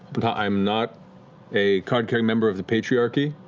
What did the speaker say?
but i'm not a card-carrying member of the patriarchy.